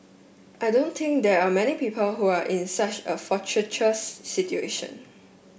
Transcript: I don't think there are many people who are in such a fortuitous situation